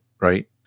right